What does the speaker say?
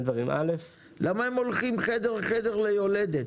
למה הם הולכים חדר, חדר ליולדת,